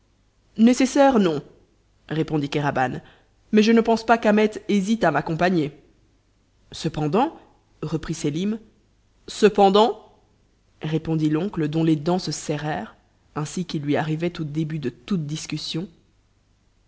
nécessaire non répondit kéraban mais je ne pense pas qu'ahmet hésite à m'accompagner cependant reprit sélim cependant répondit l'oncle dont les dents se serrèrent ainsi qu'il lui arrivait au début de toute discussion